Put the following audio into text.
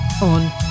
on